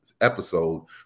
episode